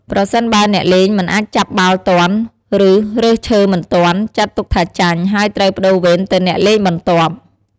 ប្រសិនបើអ្នកលេងមិនអាចចាប់បាល់ទាន់ ឬរើសឈើមិនទាន់ ចាត់ទុកថាចាញ់ ហើយត្រូវប្ដូរវេនទៅអ្នកលេងបន្ទាប់។